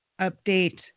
update